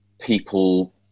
people